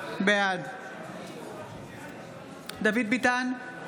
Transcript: בעד דוד ביטן,